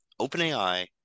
OpenAI